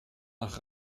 nach